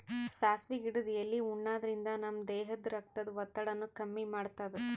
ಸಾಸ್ವಿ ಗಿಡದ್ ಎಲಿ ಉಣಾದ್ರಿನ್ದ ನಮ್ ದೇಹದ್ದ್ ರಕ್ತದ್ ಒತ್ತಡಾನು ಕಮ್ಮಿ ಮಾಡ್ತದ್